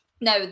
No